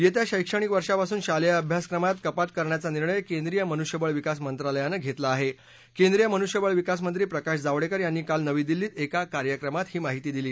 यस्वा शैक्षणिक वर्षापासून शाल अभ्यासक्रमात कपात करण्याचा निर्णय केंद्रीय मनुष्यबळ विकास मंत्रालयानं घतला आह केंद्रीय मनुष्यबळ विकास मंत्री प्रकाश जावडक्कर यांनी काल नवी दिल्लीत एका कार्यक्रमात ही माहिती दिली